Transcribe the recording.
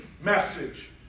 message